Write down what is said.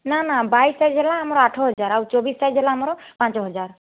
ନା ନା ବାଇଶ ସାଇଜ୍ରେ ଆମର ଆଠହଜାର ଆଉ ଚବିଶ ସାଇଜ୍ରେ ଆମର ପାଞ୍ଚହଜାର